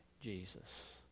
Jesus